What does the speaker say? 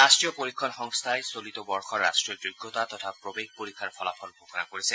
ৰাষ্ট্ৰীয় পৰীক্ষণ সংস্থাই চলিত বৰ্ষৰ ৰাষ্ট্ৰীয় যোগ্যতা তথা প্ৰৱেশ পৰীক্ষাৰ ফলাফল ঘোষণা কৰিছে